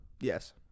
yes